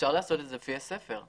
אפשר לעשות את זה לפי הספר.